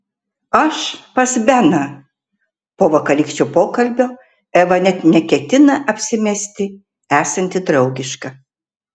aš pas beną po vakarykščio pokalbio eva net neketina apsimesti esanti draugiška